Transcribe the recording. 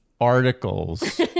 articles